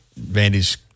Vandy's